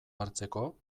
hartzeko